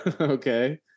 okay